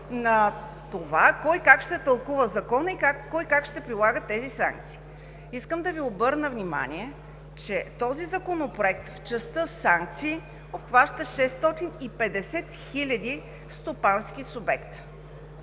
на това кой как ще тълкува Закона и кой как ще прилага тези санкции. Искам да Ви обърна внимание, че този законопроект, в частта „санкции“, обхваща 650 хиляди стопански субекти.